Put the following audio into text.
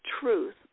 truth